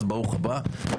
אז ברוך הבא.